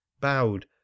bowed